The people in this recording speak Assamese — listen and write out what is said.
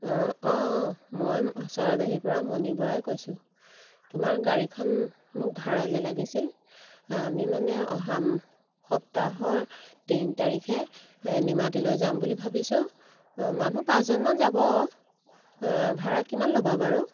অঁ অঁ মই চৰাইবাহীৰপৰা মণি বৰাই কৈছোঁ তোমাৰ গাড়ীখন মোক ভাড়ালৈ লাগিছিল আমি মানে অহা সপ্তাহৰ তিনি তাৰিখে নিমাতীলৈ যাম বুলি ভাবিছোঁ মানুহ পাঁচজনমান যাব ভাড়া কিমান ল'বা বাৰু